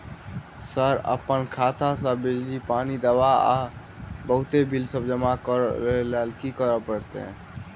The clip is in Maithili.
सर अप्पन खाता सऽ बिजली, पानि, दवा आ बहुते बिल सब जमा करऽ लैल की करऽ परतै?